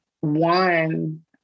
one